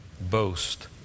boast